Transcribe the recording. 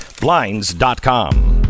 Blinds.com